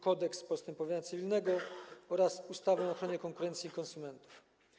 Kodeks postępowania cywilnego oraz ustawę o ochronie konkurencji i konsumentów.